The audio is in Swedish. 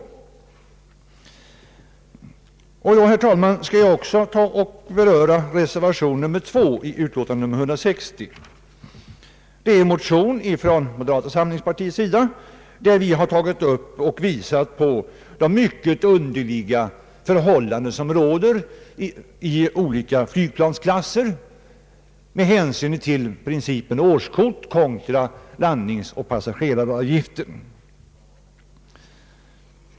Jag skall, herr talman, också med några ord beröra reservation nr 2 i statsutskottets utlåtande nr 160. I en motion från moderata samlingspartiet har vi pekat på de mycket underliga förhållanden som råder för olika flygplansklasser med hänsyn till principen årskort contra landningsoch passageraravgifter.